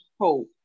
hope